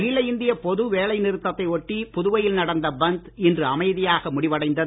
அகில இந்திய பொது வேலை நிறுத்தத்தை ஒட்டி புதுவையில் நடந்த பந்த் இன்று அமைதியாக முடிவடைந்தது